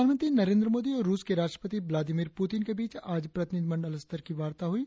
प्रधानमंत्री नरेंद्र मोदी और रुस के राष्ट्रपति व्लादिमीर प्रतिन के बीच आज प्रतिनिधिमंडल स्तर की वार्ता हुई